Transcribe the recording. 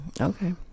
Okay